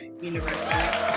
University